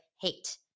hate